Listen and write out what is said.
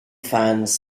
fans